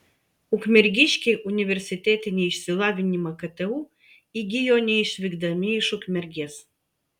ukmergiškiai universitetinį išsilavinimą ktu įgijo neišvykdami iš ukmergės